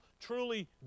truly